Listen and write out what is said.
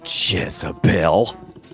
Jezebel